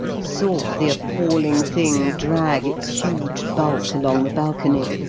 saw the appalling thing drag its huge bulk along the balcony,